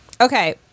Okay